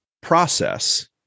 process